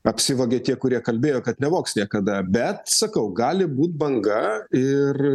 apsivogia tie kurie kalbėjo kad nevogs niekada bet sakau gali būt banga ir